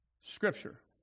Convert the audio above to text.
Scripture